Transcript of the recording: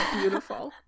beautiful